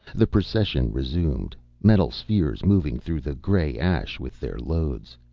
the procession resumed, metal spheres moving through the gray ash with their loads.